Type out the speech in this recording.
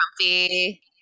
comfy